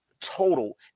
total